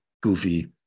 goofy